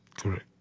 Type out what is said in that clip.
correct